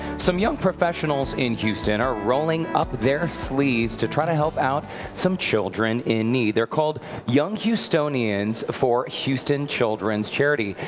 some young professionals in houston are rolling up their sleeves to try to help out some children in need. they're called young houstonians for houston children's charity.